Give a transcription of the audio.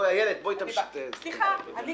(היו"ר איילת נחמיאס ורבין) ביקשתי תשובה עם תאריך